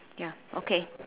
ya okay